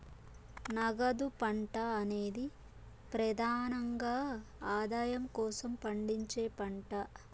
నగదు పంట అనేది ప్రెదానంగా ఆదాయం కోసం పండించే పంట